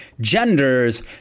genders